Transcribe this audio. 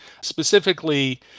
specifically